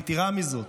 ויתרה מזאת,